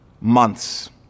months